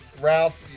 ralph